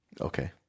okay